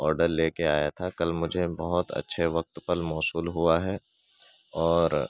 order لے کے آیا تھا کل مجھے بہت اچھے وقت پر موصول ہوا ہے اور